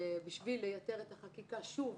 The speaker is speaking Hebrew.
ובשביל לייתר את החקיקה שוב,